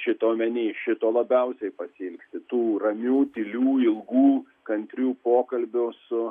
šitą omeny šito labiausiai pasiilgsti tų ramių tylių ilgų kantrių pokalbių su